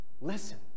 Listen